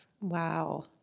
Wow